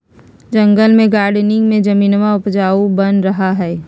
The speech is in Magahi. जंगल में गार्डनिंग में जमीनवा उपजाऊ बन रहा हई